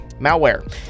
malware